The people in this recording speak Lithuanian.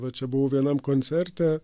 va čia buvau vienam koncerte